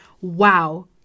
wow